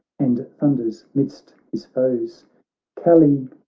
and thunders midst his foes callimachus,